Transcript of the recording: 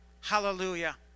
Hallelujah